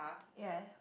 ya